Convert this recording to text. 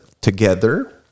together